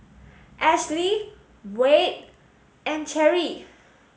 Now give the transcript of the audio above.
Ashlee Wade and Cherie